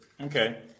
Okay